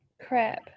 Crap